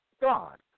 God